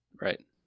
right